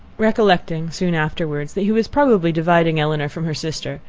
recollecting, soon afterwards, that he was probably dividing elinor from her sister,